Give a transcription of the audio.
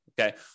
Okay